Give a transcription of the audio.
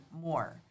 more